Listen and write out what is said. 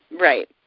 Right